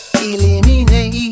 eliminate